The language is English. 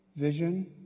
vision